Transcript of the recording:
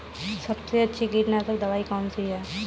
सबसे अच्छी कीटनाशक दवाई कौन सी है?